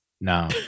No